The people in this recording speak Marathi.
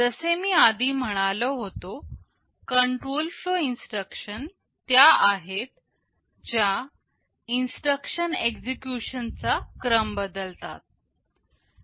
जसे मी आधी म्हणालो होतो कंट्रोल फ्लो इन्स्ट्रक्शन त्या आहेत ज्या इन्स्ट्रक्शन एक्झिक्युशन चा क्रम बदलतात